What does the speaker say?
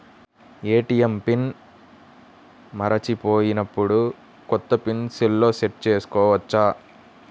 ATM pin మరచిపోయినప్పుడు, కొత్త pin సెల్లో సెట్ చేసుకోవచ్చా?